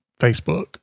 Facebook